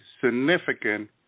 significant